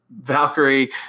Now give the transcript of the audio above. Valkyrie